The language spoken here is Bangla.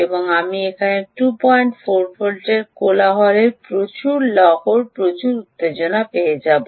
এবং আমি এখানে 24 ভোল্টের কোলাহল প্রচুর লহর প্রচুর উত্তেজনা পেয়ে যাব